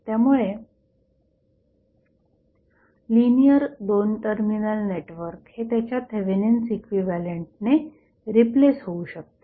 त्यामुळे linear 2 terminal network हे त्याच्या थेवेनिन्स इक्विव्हॅलंटने रिप्लेस होऊ शकते